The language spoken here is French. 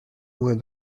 moins